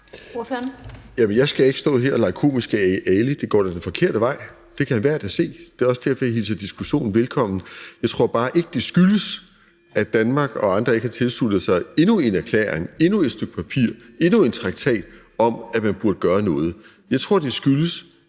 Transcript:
jeg skal ikke stå her og lege Komiske Ali. Det går den forkerte vej; det kan enhver da se. Det er også derfor, jeg hilser diskussionen velkommen. Jeg tror bare ikke, det skyldes, at Danmark og andre ikke har tilsluttet sig endnu en erklæring, endnu et stykke papir, endnu en traktat om, at man burde gøre noget. Jeg tror, det skyldes,